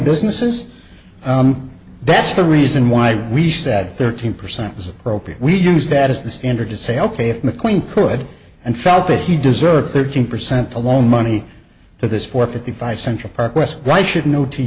businesses that's the reason why we said thirteen percent was appropriate we used that as the standard to say ok if mcqueen could and felt that he deserved thirteen percent to loan money for this for fifty five central park west why should no t